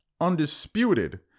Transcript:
Undisputed